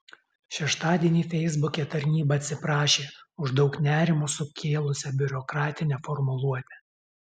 šeštadienį feisbuke tarnyba atsiprašė už daug nerimo sukėlusią biurokratinę formuluotę